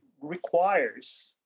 requires